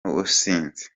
n’ubusinzi